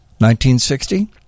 1960